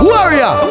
Warrior